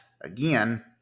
again